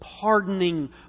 pardoning